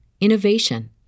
innovation